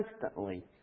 constantly